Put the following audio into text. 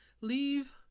Leave